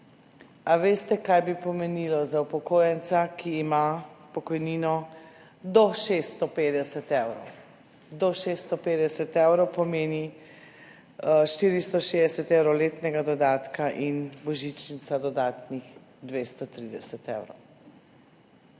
A veste, kaj bi pomenilo za upokojenca, ki ima pokojnino do 650 evrov? Do 650 evrov pomeni 460 evrov letnega dodatka in božičnica dodatnih 230 evrov.